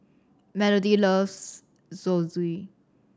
Melodie loves Zosui